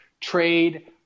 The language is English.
trade